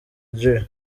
dre